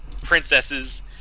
princesses